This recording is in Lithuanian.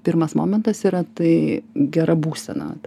pirmas momentas yra tai gera būsena